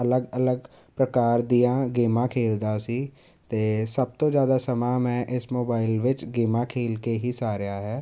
ਅਲੱਗ ਅਲੱਗ ਪ੍ਰਕਾਰ ਦੀਆਂ ਗੇਮਾਂ ਖੇਡਦਾ ਸੀ ਅਤੇ ਸਭ ਤੋਂ ਜ਼ਿਆਦਾ ਸਮਾਂ ਮੈਂ ਇਸ ਮੋਬਾਈਲ ਵਿੱਚ ਗੇਮਾਂ ਖੇਡ ਕੇ ਹੀ ਸਾਰਿਆ ਹੈ